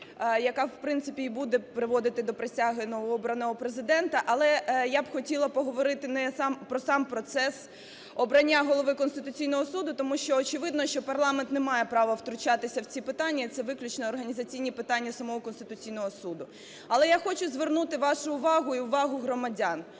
яка, в принципі, і буде приводити до присяги новообраного Президента. Але я б хотіла поговорити не про сам процес обрання Голови Конституційного Суду, тому що, очевидно, що парламент не має права втручатися в ці питання і це виключно організаційні питання самого Конституційного Суду. Але я хочу звернути вашу увагу і увагу громадян,